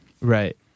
Right